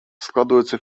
складывается